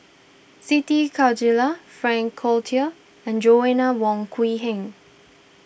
Siti Khalijah Frank Cloutier and Joanna Wong Quee Heng